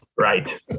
Right